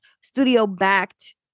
studio-backed